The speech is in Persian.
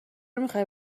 میخوای